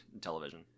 television